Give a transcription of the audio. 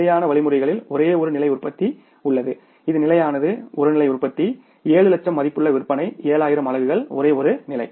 நிலையான வழிமுறைகளில் ஒரே ஒரு நிலை உற்பத்தி உள்ளது இது நிலையானது ஒரு நிலை உற்பத்தி 7 லட்சம் மதிப்புள்ள விற்பனை 7 ஆயிரம் அலகுகள் ஒரே ஒரு நிலை